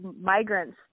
migrants